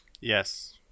yes